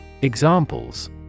Examples